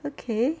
okay